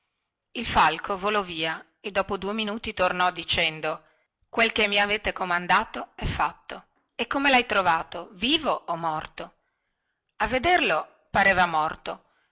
il falco volò via e dopo due minuti tornò dicendo quel che mi avete comandato è fatto e come lhai trovato vivo o morto a vederlo pareva morto